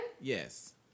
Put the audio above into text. yes